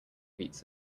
beats